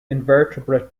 invertebrate